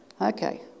okay